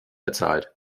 bezahlt